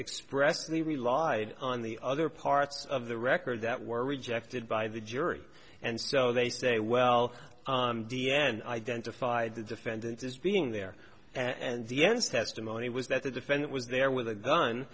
expressly relied on the other parts of the record that were rejected by the jury and so they say well d n identified the defendant is being there and the ends testimony was that the defendant was there with a gun